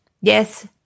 Yes